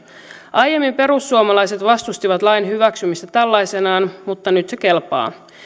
aiemmin perussuomalaiset vastustivat lain hyväksymistä tällaisenaan mutta nyt se kelpaa